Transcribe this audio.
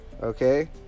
Okay